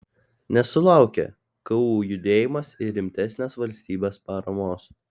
nesulaukė ku judėjimas ir rimtesnės valstybės paramos